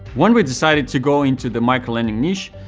when we decided to go into the micro-lending niche,